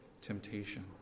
temptation